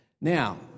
Now